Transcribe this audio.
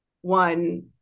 one